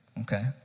Okay